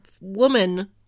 woman